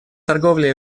торговля